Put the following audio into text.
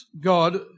God